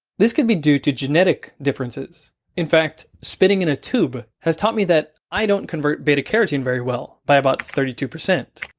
this could be due to genetic differences in fact, spitting in a tube has taught me that i don't convert beta-carotene very well, by about thirty two percent